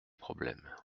problème